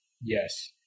Yes